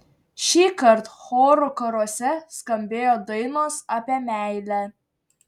šįkart chorų karuose skambėjo dainos apie meilę